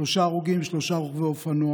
שלושה הרוגים, שלושה רוכבי אופנוע.